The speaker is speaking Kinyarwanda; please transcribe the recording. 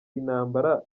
intambara